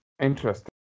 interesting